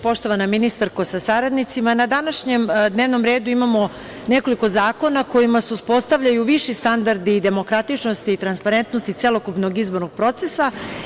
Poštovana ministarko sa saradnicima, na današnjem dnevnom redu imamo nekoliko zakona kojima se uspostavljaju viši standardi demokratičnosti i transparentnosti celokupnog izbornog procesa.